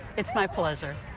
it's my pleasure.